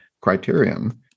criterion